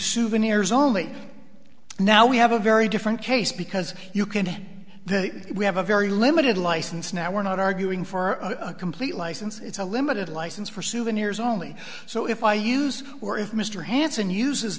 souvenirs only now we have a very different case because you can we have a very limited license now we're not arguing for a complete license it's a limited license for souvenirs only so if i use or if mr hanson uses